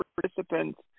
participants